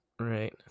Right